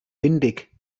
windig